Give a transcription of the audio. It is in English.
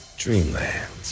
Dreamland